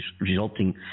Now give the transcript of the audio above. resulting